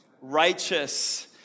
righteous